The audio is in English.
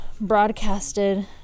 broadcasted